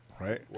right